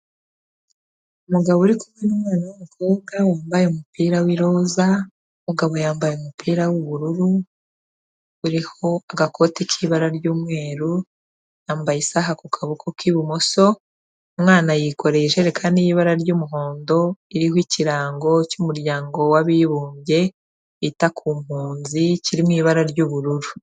Umugabo uri kumwe n'umwana w'umukobwa, wambaye umupira w'iroza, umugabo yambaye umupira w'ubururu uriho agakoti k'ibara ry'umweru, yambaye isaha ku kaboko k'ibumoso, umwana yikoreye ijerekani y'ibara ry'umuhondo, iriho Ikirango cy'Umuryango w'Abibumbye wita ku mpunzi kiri mu ibara ry'ubururu.